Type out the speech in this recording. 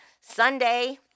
Sunday